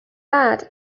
bad